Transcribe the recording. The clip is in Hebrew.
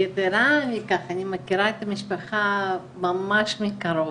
אני מכירה את המשפחה ממש מקרוב,